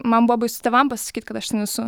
man buvo baisu tėvam pasisakyt kad aš ten esu